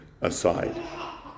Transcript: aside